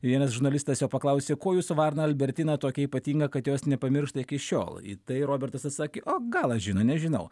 vienas žurnalistas jo paklausė kuo jūsų varna albertina tokia ypatinga kad jos nepamiršta iki šiol į tai robertas atsakė o galas žino nežinau